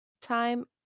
time